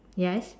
yes